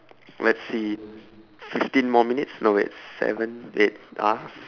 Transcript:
let's see fifteen more minutes no wait seven eight ah f~